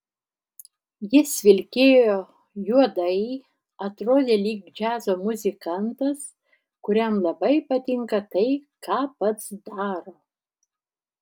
jis vilkėjo juodai atrodė lyg džiazo muzikantas kuriam labai patinka tai ką pats daro